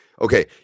okay